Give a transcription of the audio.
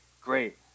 Great